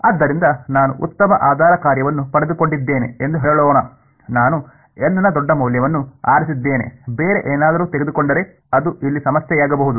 ಆದ್ದರಿಂದ ನಾನು ಉತ್ತಮ ಆಧಾರ ಕಾರ್ಯವನ್ನು ಪಡೆದುಕೊಂಡಿದ್ದೇನೆ ಎಂದು ಹೇಳೋಣನಾನು ಎನ್ ನ ದೊಡ್ಡ ಮೌಲ್ಯವನ್ನು ಆರಿಸಿದ್ದೇನೆ ಬೇರೆ ಏನಾದರೂ ತೆಗೆದುಕೊಡರೆ ಅದು ಇಲ್ಲಿ ಸಮಸ್ಯೆಯಾಗಬಹುದು